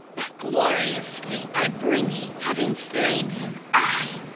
that gloriously i bring ye, having slain him i,